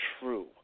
true